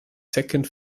second